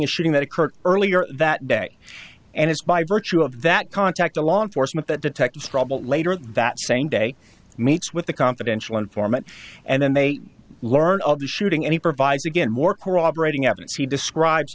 the shooting that occurred earlier that day and has by virtue of that contact a law enforcement that detects trouble later that same day meets with the confidential informant and then they learn of the shooting any provides again more corroborating evidence he describe